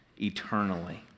eternally